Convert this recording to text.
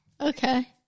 okay